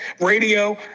radio